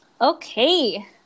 okay